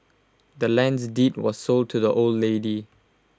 the land's deed was sold to the old lady